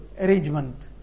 arrangement